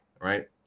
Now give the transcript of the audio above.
right